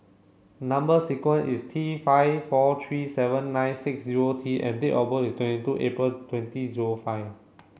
number sequence is T five four three seven nine six zero T and date of birth is twenty two April twenty zero five